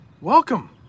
Welcome